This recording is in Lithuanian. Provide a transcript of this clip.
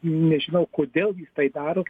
nežinau kodėl jis tai daro